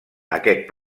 aquest